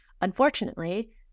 Unfortunately